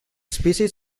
species